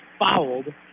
fouled